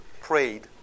prayed